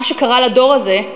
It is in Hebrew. מה שקרה לדור הזה,